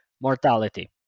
mortality